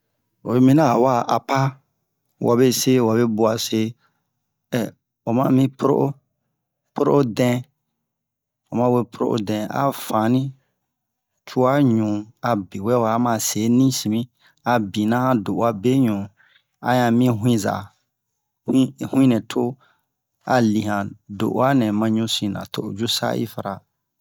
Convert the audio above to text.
oyi minian a wa'a apa wabe se wabe buwa se oma mi poro'o poro'o dɛn oma we poro'o dɛn a o fanni cuwaɲu abe wɛwa ama se nisinmi a binna han do'uwa beɲu a ɲan min hu'in za hu'in hu'in nɛ to a li han do'oa nɛ ma ɲusinna to o ju sa'i fara